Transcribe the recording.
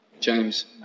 James